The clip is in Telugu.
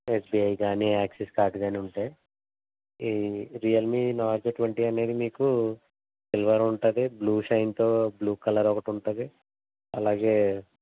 ఎస్బిఐ గానీ యాక్సిస్ కార్డు గానీ ఉంటే ఈ రియల్మీ నోట్ ట్వంటీ అనేది మీకు సిల్వర్ ఉంటుంది బ్లూ షైన్తో బ్లూ కలర్ ఒకటి ఉంటుంది ఆలాగే